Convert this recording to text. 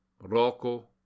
Rocco